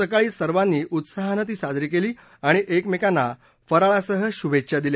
सकाळी सर्वांनी उत्साहानं ती साजरी केली आणि एकमेकांना फराळासह शुभेच्छा दिल्या